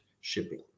shipping